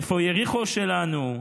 איפה יריחו שלנו?